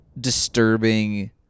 disturbing